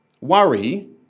Worry